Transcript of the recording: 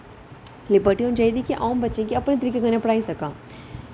liberty होनी चाहिदी कि अ'ऊं बच्चें गी अपने तरीके कन्नै पढ़ाई सकां